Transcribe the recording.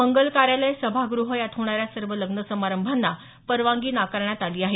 मगल कायोलय सभागृह यात होणाऱ्या सर्व लग्न समारंभांना परवानगी नाकारण्यात आली आहे